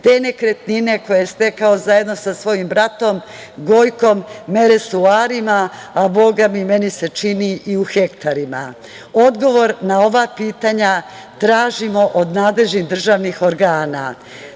te nekretnine koje je stekao zajedno sa svojim bratom Gojkom mere suarima, a Boga mi, meni se čini i u hektarima? Odgovor na ova pitanja tražimo od nadležnih državnih organa. Dragan